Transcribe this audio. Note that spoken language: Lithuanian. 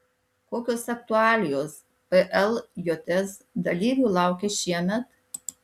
kokios aktualijos pljs dalyvių laukia šiemet